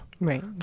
Right